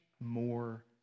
more